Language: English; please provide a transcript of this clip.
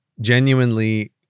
genuinely